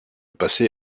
passer